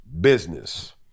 Business